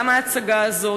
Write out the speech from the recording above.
גם ההצגה הזאת.